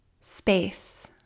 space